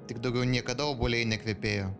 tik daugiau niekada obuoliai nekvepėjo